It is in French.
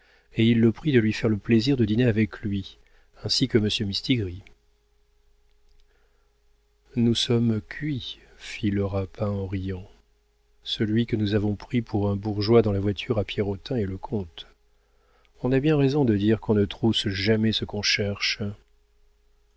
et il le prie de lui faire le plaisir de dîner avec lui ainsi que monsieur mistigris nous sommes cuits fit le rapin en riant celui que nous avons pris pour un bourgeois dans la voiture à pierrotin est le comte on a bien raison de dire qu'on ne trousse jamais ce qu'on cherche